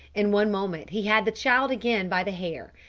in one moment he had the child again by the hair,